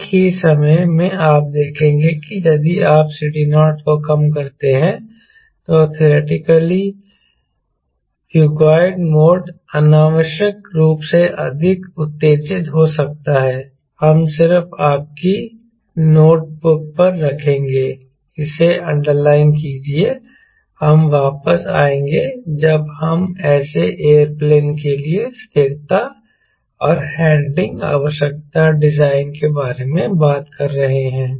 एक ही समय में आप देखेंगे कि यदि आप CD0 को कम करते हैं तो थियोरेटिकली फुगॉइड मोड अनावश्यक रूप से अधिक उत्तेजित हो सकता है हम सिर्फ आपकी नोट बुक पर रखेंगे इसे अंडरलाइन कीजिए हम वापस आएंगे जब हम ऐसे एयरप्लेन के लिए स्थिरता और हैंडलिंग आवश्यकता डिजाइन के बारे में बात कर रहे हैं